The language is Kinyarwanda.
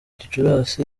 gicurasi